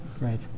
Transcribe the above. Right